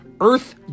Earth